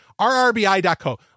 rrbi.co